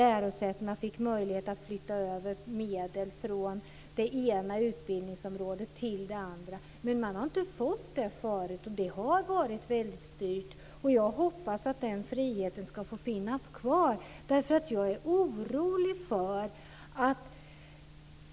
Lärosätena fick möjlighet att flytta över medel från det ena utbildningsområdet till det andra. Man har inte fått göra det förut. Det har varit väldigt styrt. Jag hoppas att den friheten ska få finnas kvar. Jag är orolig.